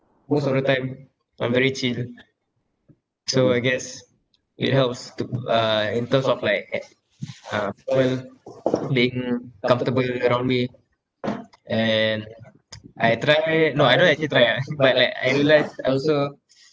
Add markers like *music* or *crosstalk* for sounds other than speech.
most of the time I'm very chill so I guess it helps to uh in terms of like ac~ uh people being comfortable around me and *noise* I try no I don't actually try ah *laughs* but I I realised also